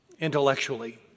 intellectually